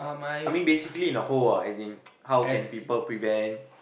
I mean basically in a whole ah as in how can people prevent